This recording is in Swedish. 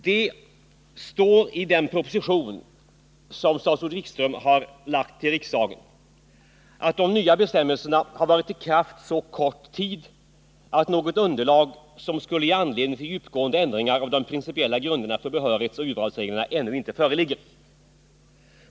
Det står i den proposition som statsrådet Wikström har framlagt till riksdagen att de nya bestämmelserna har varit i kraft så kort tid att något underlag som skulle ge anledning till djupgående ändringar av de principiella grunderna för urvalsoch behörighetsreglerna ännu inte föreligger.